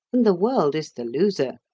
and the world is the loser.